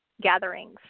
gatherings